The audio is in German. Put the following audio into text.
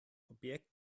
objekt